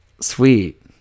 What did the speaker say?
sweet